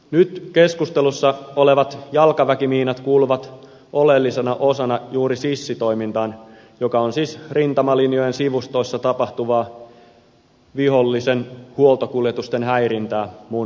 nyt keskustelussa olevat jalkaväkimiinat kuuluvat oleellisena osana juuri sissitoimintaan joka on siis rintamalinjojen sivustoissa tapahtuvaa vihollisen huoltokuljetusten häirintää muun muassa